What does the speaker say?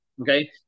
Okay